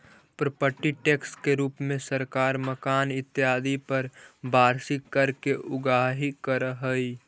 property tax के रूप में सरकार मकान इत्यादि पर वार्षिक कर के उगाही करऽ हई